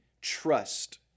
trust